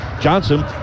Johnson